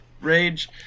rage